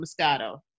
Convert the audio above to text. Moscato